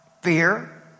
fear